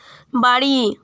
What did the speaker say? বাড়ি